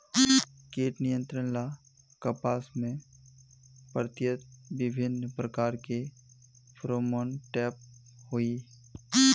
कीट नियंत्रण ला कपास में प्रयुक्त विभिन्न प्रकार के फेरोमोनटैप होई?